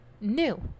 new